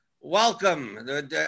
Welcome